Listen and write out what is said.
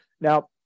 Now